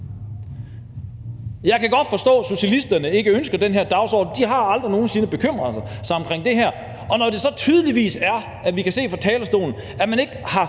Jeg kan godt forstå, at socialisterne ikke ønsker den her dagsorden, for de har aldrig nogen sinde bekymret sig om det her, og når det så tydeligvis er sådan, og når vi fra talerstolen kan høre, at man ikke har